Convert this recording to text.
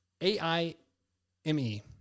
A-I-M-E